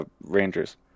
Rangers